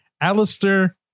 alistair